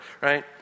right